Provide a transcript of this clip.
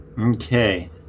Okay